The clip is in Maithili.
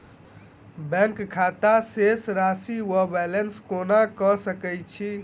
बैंक खाता शेष राशि वा बैलेंस केना कऽ सकय छी?